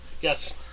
yes